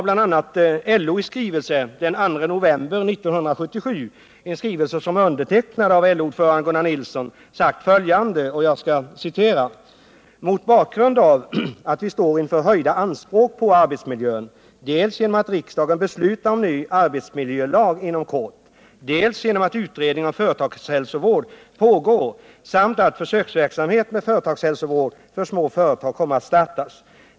Bl.a. LO har i skrivelse den 2 november 1977, undertecknad av ordföranden Gunnar Nilsson, sagt följande: ”Mot bakgrund av att vi står inför höjda anspråk på arbetsmiljön, dels genom att riksdagen beslutar om ny arbetsmiljölag inom kort, dels genom att utredning om företagshälsovård pågår saint att försöksverksamhet med företagshälsovård för små företag kommer att startas.